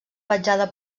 petjada